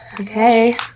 Okay